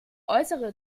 äußere